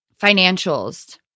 financials